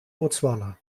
botswana